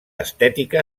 estètica